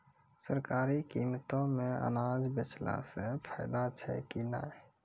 सरकारी कीमतों मे अनाज बेचला से फायदा छै कि नैय?